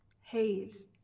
haze